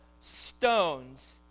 stones